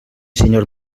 señor